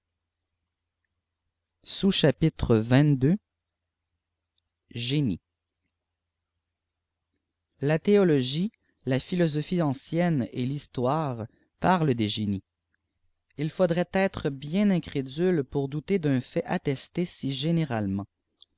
convenables la théologie la philosophie ancienne et fhistoire parient des génies il faudrait être bien incrédule pour douter d'un fiiit attesté si généralement